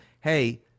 Hey